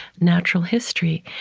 natural history.